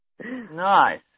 Nice